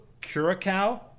curacao